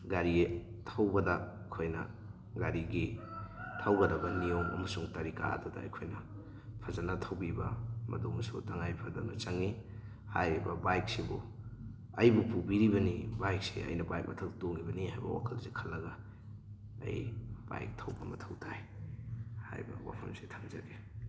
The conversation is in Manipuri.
ꯒꯥꯔꯤ ꯊꯧꯕꯗ ꯑꯩꯈꯣꯏꯅ ꯒꯥꯔꯤꯒꯤ ꯊꯧꯒꯗꯕ ꯅꯤꯌꯣꯝ ꯑꯃꯁꯨꯡ ꯀꯔꯤ ꯀꯔꯥꯗꯨꯗ ꯑꯩꯈꯣꯏꯅ ꯐꯖꯅ ꯊꯧꯕꯤꯕ ꯃꯗꯨꯃꯁꯨ ꯇꯉꯥꯏꯐꯗꯅ ꯆꯪꯉꯤ ꯍꯥꯏꯔꯤꯕ ꯕꯥꯏꯛꯁꯤꯕꯨ ꯑꯩꯕꯨ ꯄꯨꯕꯤꯔꯤꯕꯅꯤ ꯕꯥꯏꯛꯁꯦ ꯑꯩꯅ ꯕꯥꯏꯛ ꯃꯊꯛꯇ ꯇꯣꯡꯉꯤꯕꯅꯤ ꯍꯥꯏꯕ ꯋꯥꯈꯜꯁꯦ ꯈꯜꯂꯒ ꯑꯩ ꯕꯥꯏꯛ ꯊꯧꯕ ꯃꯊꯧ ꯇꯥꯏ ꯍꯥꯏꯕ ꯋꯥꯐꯝꯁꯦ ꯊꯝꯖꯒꯦ